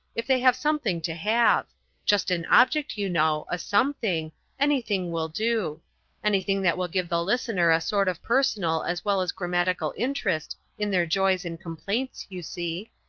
if they have something to have just an object, you know, a something anything will do anything that will give the listener a sort of personal as well as grammatical interest in their joys and complaints, you see.